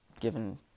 given